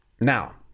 Now